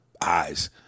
eyes